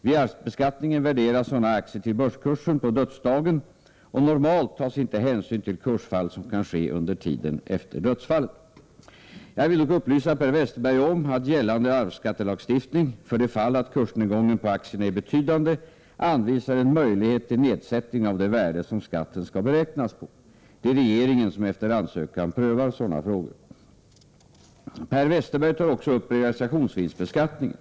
Vid arvsbeskattningen värderas sådana aktier till börskursen på dödsdagen, och normalt tas inte hänsyn till kursfall som kan ske under tiden efter dödsfallet. Jag vill dock upplysa Per Westerberg om att gällande arvsskattelagstiftning, för det fall att kursnedgången på aktierna är betydande, anvisar en möjlighet till nedsättning av det värde som skatten skall beräknas på. Det är regeringen som efter ansökan prövar sådana frågor. Per Westerberg tar också upp realisationsvinstsbeskattningen.